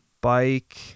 bike